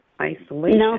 isolation